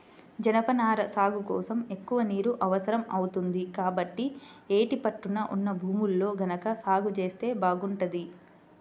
జనపనార సాగు కోసం ఎక్కువ నీరు అవసరం అవుతుంది, కాబట్టి యేటి పట్టున ఉన్న భూముల్లో గనక సాగు జేత్తే బాగుంటది